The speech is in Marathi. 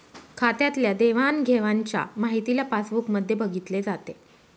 खात्यातल्या देवाणघेवाणच्या माहितीला पासबुक मध्ये बघितले जाते